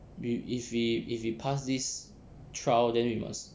if we if we pass this trial then we must